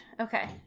okay